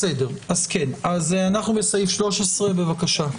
אנחנו בסעיף 13, בבקשה.